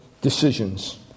decisions